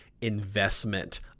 investment